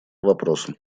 вопросу